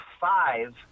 five